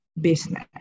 business